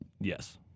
Yes